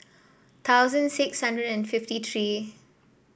thousand six hundred and fifty three